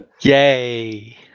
Yay